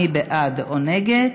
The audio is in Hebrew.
מי בעד או נגד?